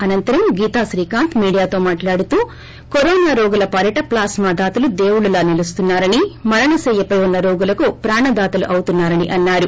అనంతరం గీత కాంత్ మీడియాతో మాట్లాడుతూ కరోనా రోగుల పాలిట ప్లాస్మా దాతలు దేవుళ్లు లా నిలుస్తున్నారని మరణశయ్యపై ఉన్న రోగులకు ప్రాణధాతలు అవుతున్నారని అన్నారు